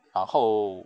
然后